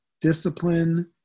discipline